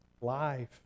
Life